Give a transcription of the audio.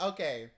Okay